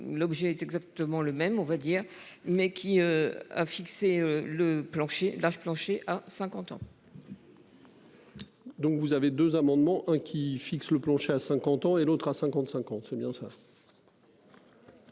L'objet exactement le même on va dire mais qui a fixé le plancher l'âge plancher à 50 ans. Donc vous avez deux amendements hein qui fixe le plancher à 50 ans et l'autre à 55 ans, c'est bien ça.